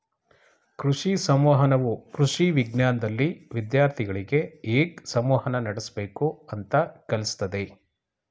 ಕೃಷಿ ಸಂವಹನವು ಕೃಷಿ ವಿಜ್ಞಾನ್ದಲ್ಲಿ ವಿದ್ಯಾರ್ಥಿಗಳಿಗೆ ಹೇಗ್ ಸಂವಹನ ನಡಸ್ಬೇಕು ಅಂತ ಕಲ್ಸತದೆ